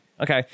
okay